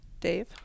Dave